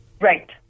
Right